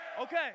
Okay